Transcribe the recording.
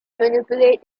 manipulate